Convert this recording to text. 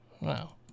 Wow